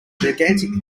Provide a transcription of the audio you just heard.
gigantic